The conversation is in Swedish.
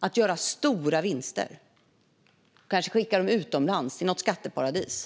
att göra stora vinster på skolan och kanske skicka dem utomlands till något skatteparadis.